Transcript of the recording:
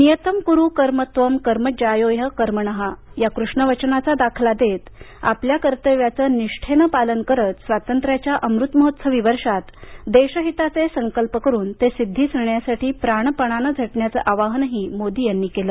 नियतं कुरु कर्म त्वं कर्म ज्यायो ह्य कर्मणः या कृष्ण वचनाचा दाखला देत आपल्या कर्तव्यांचं निष्ठेनं पालन करत स्वातंत्र्याच्या अमृतमहोत्सवी वर्षात देशहिताचे संकल्प करून ते सिद्दीस नेण्यासाठी प्राणपणानं झटण्याचं आवाहनही मोदी यांनी केलं